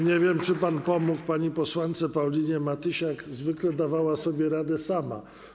Nie wiem, czy pan pomógł pani posłance Paulinie Matysiak, zwykle dawała sobie radę sama.